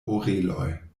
oreloj